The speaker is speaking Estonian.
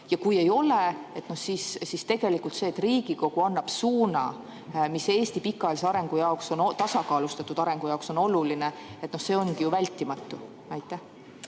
Ja kui ei ole, siis tegelikult see, et Riigikogu annab suuna, mis Eesti pikaajalise arengu jaoks, tasakaalustatud arengu jaoks on oluline, ongi ju vältimatu. Aitäh,